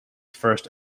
first